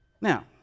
Now